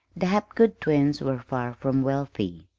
the hapgood twins were far from wealthy.